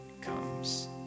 comes